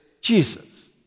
Jesus